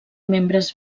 membres